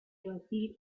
batir